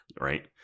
Right